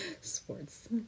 Sports